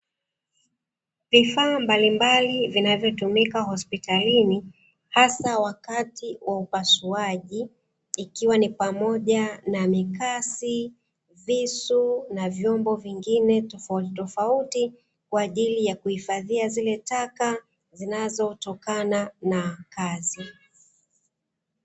Vifaa mbalimbali vinavyotumika hospitalini hasa wakati wa upasuaji ikiwa ni pamoja na mikasi, visu na vyombo vingine tofauti tofauti kwa ajili ya kuhifadhia zile taka zinazotokana na kazi.